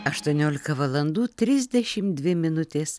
aštuoniolika valandų trisdešim dvi minutės